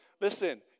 listen